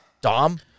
Dom